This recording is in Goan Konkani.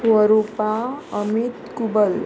स्वरुपा अमित कुबल